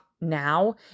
now